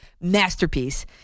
masterpiece